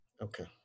okay